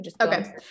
Okay